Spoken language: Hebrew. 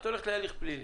את הולכת להליך פלילי.